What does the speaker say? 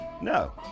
No